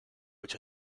which